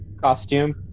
costume